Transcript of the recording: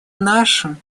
нашим